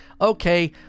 okay